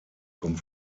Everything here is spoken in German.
kommt